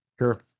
sure